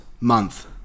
month